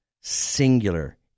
singular